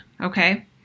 okay